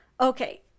Okay